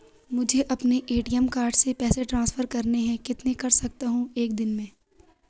मुझे अपने ATM card से पैसे ट्रांसफर करने हैं कितने कर सकता हूँ एक दिन में?